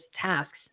tasks